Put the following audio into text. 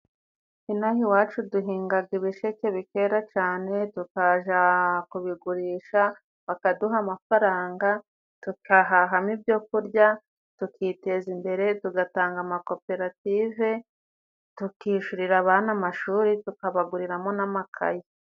Inaha iwacu duhingaga ibisheke bikera cyane, tukaza kubigurisha bakaduha amafaranga. Tukahahamo ibyo kurya tukiteza imbere tugatanga amakoperative, tukishurira abana amashuri, tukabaguriramo n'amakaye.